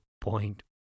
point